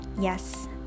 Yes